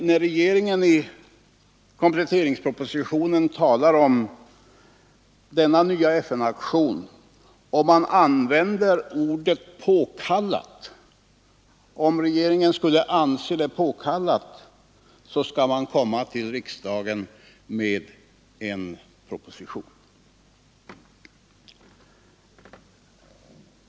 När regeringen i kompletteringspropositionen talar om denna nya FN-aktion, använder man uttrycket, att om regeringen skulle anse det ”påkallat”, skall man lägga fram en proposition för riksdagen.